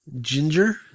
ginger